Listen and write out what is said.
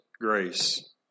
grace